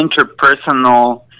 interpersonal